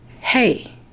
hey